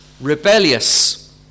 rebellious